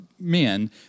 men